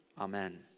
Amen